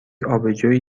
آبجو